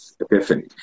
epiphany